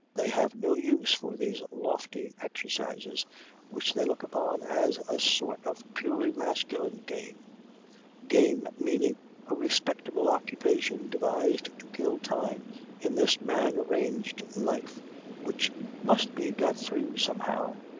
they have no use for these lofty exercises which they look upon as a sort of purely masculine game game meaning a respectable occupation devised to kill time in this man-arranged life which must be got through somehow.